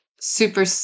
super